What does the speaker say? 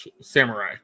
samurai